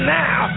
now